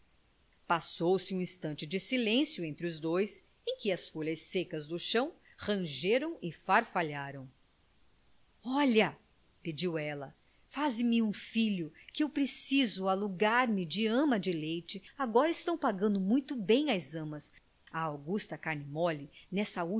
passou-se um instante de silêncio entre os dois em que as folhas secas do chão rangeram e farfalharam olha pediu ela faz-me um filho que eu preciso alugar me de ama de leite agora estão pagando muito bem as amas a augusta carne mole nesta